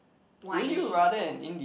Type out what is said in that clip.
whiny people